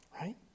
right